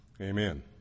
Amen